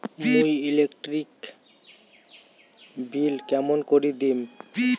মুই electric bill কেমন করি দিম?